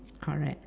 correct